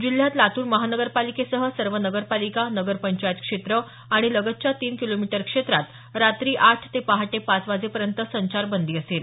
जिल्ह्यात लातूर महानगरपालिकेसह सर्व नगरपालिका नगरपंचायत क्षेत्र आणि लगतच्या तीन किलोमीटर क्षेत्रात रात्री आठ ते पहाटे पाच वाजेपर्यंत संचारबंदी असेल